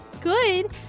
good